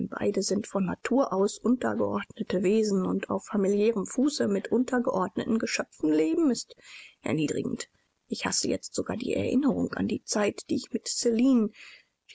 beide sind von natur aus untergeordnete wesen und auf familiärem fuße mit untergeordneten geschöpfen leben ist erniedrigend ich hasse jetzt sogar die erinnerung an die zeit die ich mit